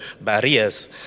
barriers